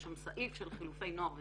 יש שם סעיף של חילופי נוער וצעירים,